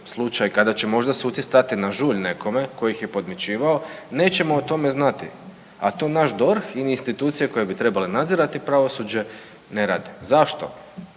slučaj kada će možda suci stati na žulj nekome tko ih je podmićivao, nećemo o tome znati. A to naš DORH i institucije koje bi trebale nadzirati pravosuđe ne rade. Zašto?